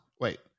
Wait